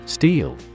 Steel